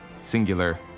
Singular